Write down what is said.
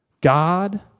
God